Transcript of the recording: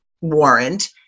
warrant